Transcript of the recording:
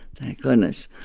thank goodness.